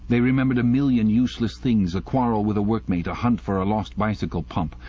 they remembered a million useless things, a quarrel with a workmate, a hunt for a lost bicycle pump,